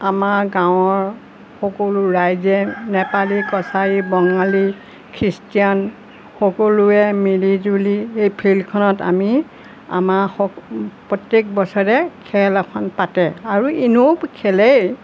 আমাৰ গাঁৱৰ সকলো ৰাইজে নেপালী কছাৰী বঙালী খ্ৰীষ্টিয়ান সকলোৱে মিলি জুলি এই ফিল্ডখনত আমি আমাৰ সকলো প্ৰত্যেক বছৰে খেল এখন পাতে আৰু এনেও খেলেই